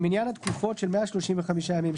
במניין התקופות של 135 ימים,